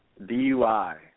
DUI